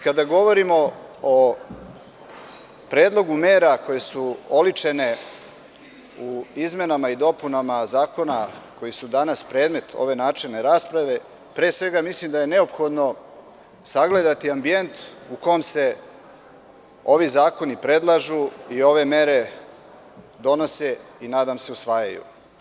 Kada govorimo o predlogu mera koje su oličene u izmenama i dopunama zakona koji su danas predmet ove načelne rasprave, pre svega mislim da je neophodno sagledati ambijent u kome se ovi zakoni predlažu i ove mere donose i, nadam se, usvajaju.